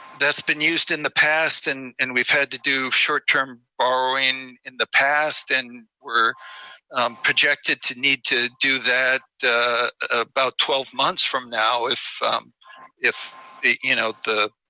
that's been used in the past, and and we've had to do short-term borrowing in the past, and we're projected to need to do that about twelve months from now if if the you know the